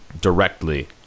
directly